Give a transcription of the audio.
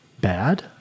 bad